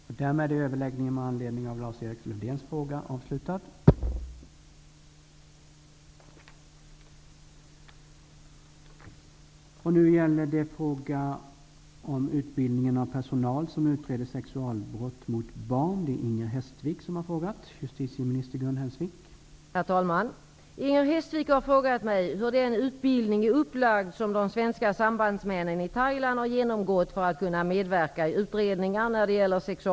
I ett frågesvar den 23 mars i år rörande passlagarna framförde justitieministern sin åsikt att det är viktigt att vi får bättre möjligheter att utreda och även lagföra brott som begåtts utomlands. I det syftet har enligt justitieministern svenska sambandsmän i Bangkok utbildats för att kunna medverka i utredningar när det gäller sexualbrott mot barn.